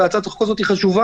והצעת החוק הזאת היא חשובה,